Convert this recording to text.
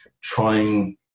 trying